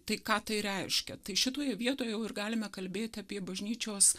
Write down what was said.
tai ką tai reiškia tai šitoje vietoje jau ir galime kalbėti apie bažnyčios